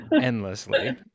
endlessly